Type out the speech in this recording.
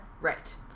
right